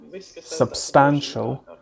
substantial